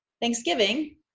Thanksgiving